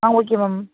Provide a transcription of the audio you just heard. ah okay ma'am